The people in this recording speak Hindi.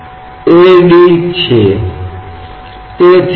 तो यह सिर्फ एक शब्दावली है